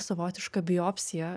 savotiška biopsija